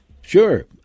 Sure